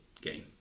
game